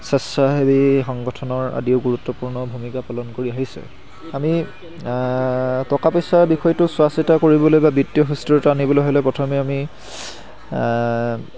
স্বেচ্ছাসেৱী সংগঠনৰ আদিও গুৰুত্বপূৰ্ণ ভূমিকা পালন কৰি আহিছে আমি আ টকা পইচাৰ বিষয়টো চোৱা চিতা কৰিবলৈ বা বিত্তীয় সুস্থিৰতা আনিবলৈ হ'লে প্ৰথমে আমি